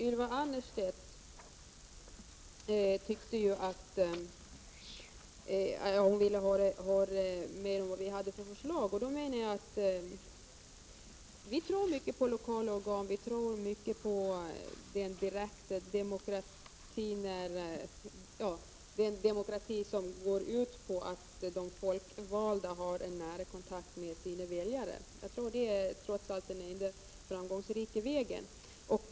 Ylva Annerstedt tyckte ju att hon ville höra mer om vilka förslag vi har. Vi tror mycket på lokala organ och den demokrati som går ut på att de folkvalda har en nära kontakt med sina väljare. Jag tror trots allt att det är den enda framgångsrika vägen.